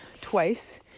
twice